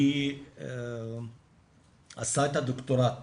היא עשתה את הדוקטורט